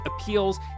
appeals